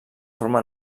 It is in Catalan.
forma